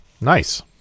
Nice